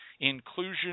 inclusion